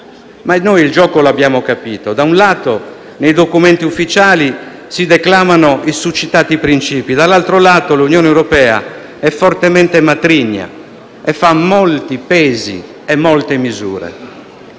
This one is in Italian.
però il gioco l'abbiamo capito: da un lato nei documenti ufficiali si declamano i succitati principi, dall'altro lato l'Unione europea è fortemente matrigna e fa molti pesi e molte misure.